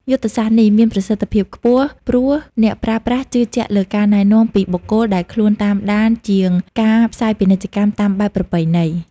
យុទ្ធសាស្ត្រនេះមានប្រសិទ្ធភាពខ្ពស់ ព្រោះអ្នកប្រើប្រាស់ជឿជាក់លើការណែនាំពីបុគ្គលដែលខ្លួនតាមដានជាងការផ្សាយពាណិជ្ជកម្មតាមបែបប្រពៃណី។